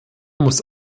muss